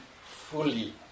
fully